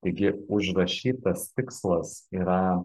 taigi užrašytas tikslas yra